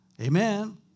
Amen